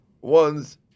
one's